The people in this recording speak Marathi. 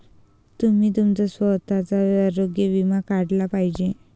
तुम्ही तुमचा स्वतःचा आरोग्य विमा काढला पाहिजे